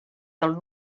del